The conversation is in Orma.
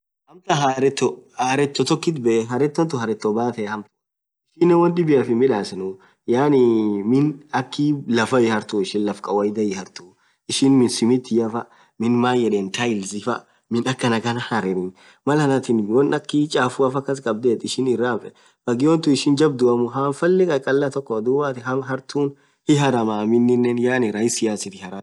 Amtan harretho harretho tokkit beee haretho tun haretho baathe amtan ishinen won dhibian hinn midhasenu yaani miin akhii laff hii harthuu ishin laff kawaidha hii harthuu ishin min simithiaf miin maan yedhen tailsi faa miin akhan khan harren Mal athin won akhii chafuafa kass khab dhethu ishin iraa fagio thun ishin jabdhuamu hann falle khakhalaaa tokko dhub woathin hamm harthu hii harramaa miinin yaani rahisian harathi